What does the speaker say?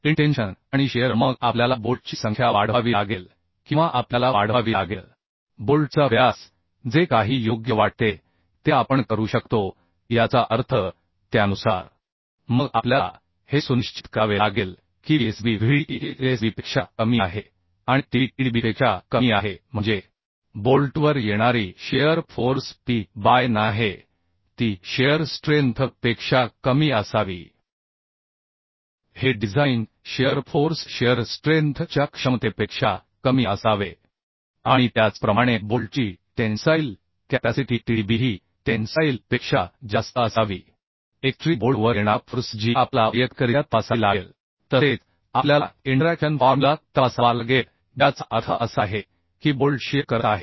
intention आणि shear मग आपल्याला बोल्टची संख्या वाढवावी लागेल किंवा आपल्याला वाढवावी लागेल बोल्टचा व्यास जे काही योग्य वाटते ते त्यानुसार आपण याचा अर्थ काढू शकतो मग आपल्याला हे सुनिश्चित करावे लागेल की Vsb हे Vdsbपेक्षा कमी आहे आणि Tb Tdbपेक्षा कमी आहे म्हणजे बोल्टवर येणारी शिअर फोर्स P बाय nआहे ती शिअर स्ट्रेंथ पेक्षा कमी असावी हे design shear force shear strength च्या क्षमतेपेक्षा कमी असावे आणि त्याचप्रमाणे बोल्टची टेन्साईल कॅपॅसिटी Tdb ही टेन्साईल पेक्षा जास्त असावी एक्स्ट्रीम बोल्ट वर येणारा फोर्स जी आपल्याला वैयक्तिकरित्या तपासावी लागेल तसेच आपल्याला इंटरॅक्शन फॉर्म्युला तपासावा लागेल ज्याचा अर्थ असा आहे की बोल्ट शिअर करत आहेत